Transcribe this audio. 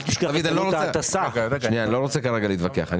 אני לא רוצה כרגע להתווכח.